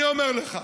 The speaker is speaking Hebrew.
אני אומר לך,